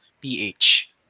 PH